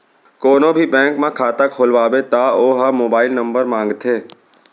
कोनो भी बेंक म खाता खोलवाबे त ओ ह मोबाईल नंबर मांगथे